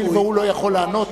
הואיל והוא לא יכול לענות,